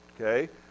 okay